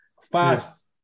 fast